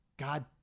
God